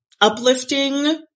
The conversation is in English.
uplifting